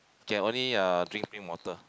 can only uh drink plain water